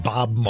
Bob